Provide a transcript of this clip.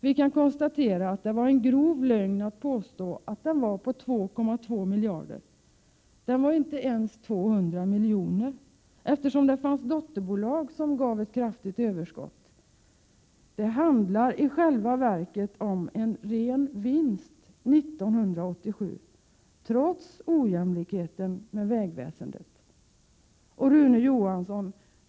Vi kan konstatera att det var en grov lögn att påstå att den var på 2,2 miljarder. Den var inte ens 200 miljoner, eftersom det fanns dotterbolag som gav ett kraftigt överskott. Det handlar i själva verket om en ren vinst 1987, trots ojämlikheten med vägväsendet. Rune Johansson!